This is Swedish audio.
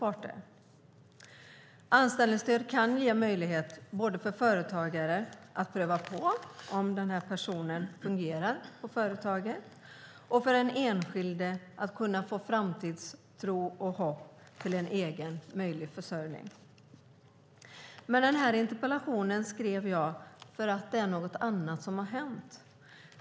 Anställningsstöd kan ge företagare möjlighet att pröva om en person fungerar på företaget och ge den enskilde framtidstro och hopp om egen försörjning. Men jag skrev denna interpellation därför att något annat har hänt.